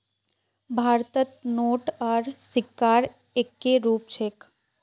भारतत नोट आर सिक्कार एक्के रूप छेक